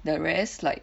the rest like